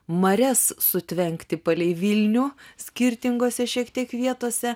marias sutvenkti palei vilnių skirtingose šiek tiek vietose